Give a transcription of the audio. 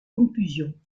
conclusion